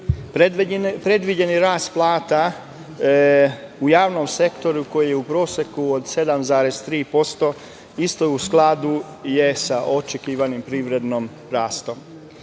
Predviđeni rast plata u javnom sektoru, koji je u proseku od 7,3%, isto je u skladu sa očekivanim privrednim rastom.